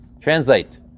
Translate